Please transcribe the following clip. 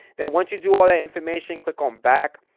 then once you do all that information click on back,